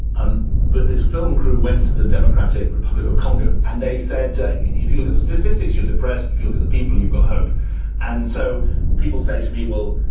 um but this film crew went to the democratic republic of congo and they said, if you look at the statistics, you're depressed. if you look at the people, you've got hope and so people say to me, well,